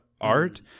art